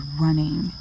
running